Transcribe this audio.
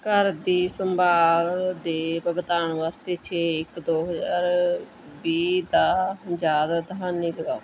ਘਰ ਦੀ ਸੰਭਾਲ ਦੇ ਭੁਗਤਾਨ ਵਾਸਤੇ ਛੇ ਇੱਕ ਦੋ ਹਜ਼ਾਰ ਵੀਹ ਦਾ ਯਾਦ ਦਹਾਨੀ ਲਗਾਓ